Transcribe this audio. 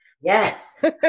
Yes